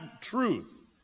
truth